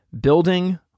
building